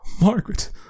Margaret